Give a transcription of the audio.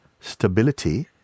stability